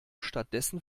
stattdessen